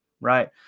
right